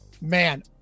man